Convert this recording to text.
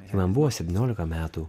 man buvo septyniolika metų